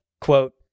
quote